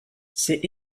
c’est